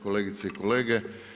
Kolegice i kolege.